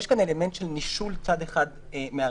יש כאן אלמנט של נישול צד אחד מהרווחים.